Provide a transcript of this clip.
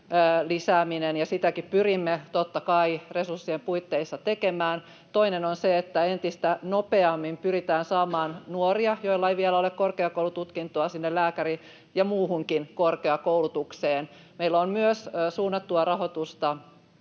lisääminen, ja sitäkin pyrimme, totta kai, resurssien puitteissa tekemään. Toinen on se, että entistä nopeammin pyritään saamaan nuoria, joilla ei vielä ole korkeakoulututkintoa, sinne lääkäri- ja muuhunkin korkeakoulutukseen. Meillä on myös suunnattua rahoitusta